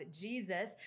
Jesus